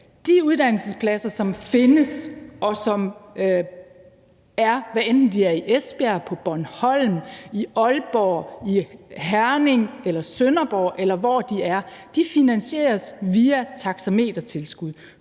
de uddannelsespladser, som findes, hvad enten de er i Esbjerg, på Bornholm, i Aalborg, i Herning, i Sønderborg, eller hvor de er, finansieres via taxametertilskud,